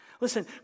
Listen